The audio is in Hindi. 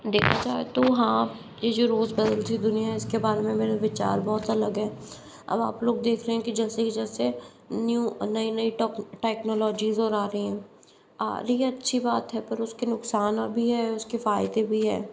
देखा जाए तो हाँ ये जो रोज़ बदलती दुनिया इस के बारे में मेरे विचार बहुत अलग हैं अब आप लोग देख रहे हैं कि जैसे कि जैसे न्यू नई नई टेक्नोलॉजीज़ और आ रही हैं आ रही हैं अच्छी बात है पर उसके नुकसान भी हैं उसके फ़ायदे भी हैं